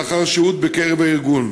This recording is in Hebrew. לאחר שהות בקרב הארגון,